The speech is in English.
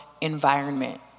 environment